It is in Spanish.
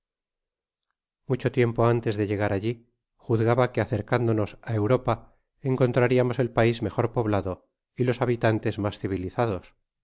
mucho tiempo antes de llegar alli juzgaba que acercándonos á europa encontrariamos el pais mejor poblado y los habitantes mas civilizados